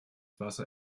wasser